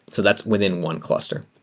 so that's within one cluster.